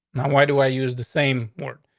now, why do i use the same work?